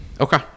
Okay